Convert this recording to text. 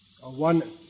one